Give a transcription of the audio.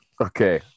Okay